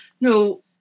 No